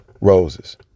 Roses